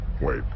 Wait